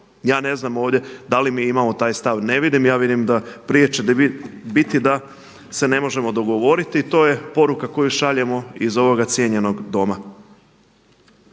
Ja ne znam ovdje da li mi imamo taj stav? Ne vidim. Ja vidim da će prije biti da se ne možemo dogovoriti i to je poruka koju šaljemo iz ovog cijenjenog Doma.